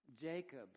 Jacob